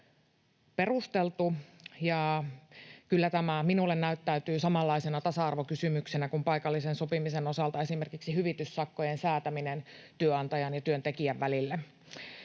perusteltu, ja kyllä tämä minulle näyttäytyy samanlaisena tasa-arvokysymyksenä kuin paikallisen sopimisen osalta esimerkiksi hyvityssakkojen säätäminen työnantajan ja työntekijän välillä.